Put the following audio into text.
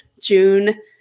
June